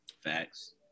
Facts